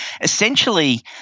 Essentially